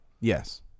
yes